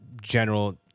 general